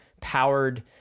powered